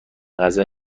غذای